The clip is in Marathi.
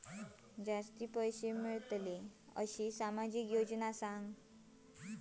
जास्ती पैशे मिळतील असो सामाजिक योजना सांगा?